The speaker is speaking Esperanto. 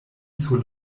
sur